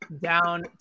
down